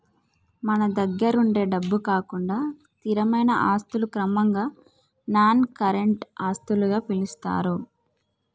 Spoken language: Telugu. మన దగ్గరుండే డబ్బు కాకుండా స్థిరమైన ఆస్తులను క్రమంగా నాన్ కరెంట్ ఆస్తులుగా పిలుత్తారు